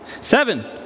Seven